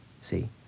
See